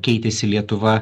keitėsi lietuva